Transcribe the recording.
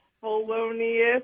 Polonius